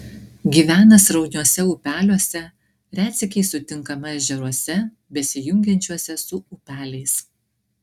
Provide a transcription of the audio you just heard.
gyvena srauniuose upeliuose retsykiais sutinkama ežeruose besijungiančiuose su upeliais